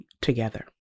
together